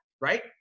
right